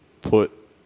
put